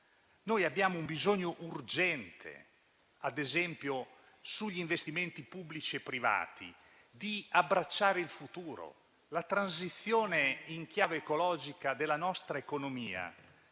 Abbiamo un bisogno urgente, ad esempio sugli investimenti pubblici e privati, di abbracciare il futuro. La transizione in chiave ecologica della nostra economia,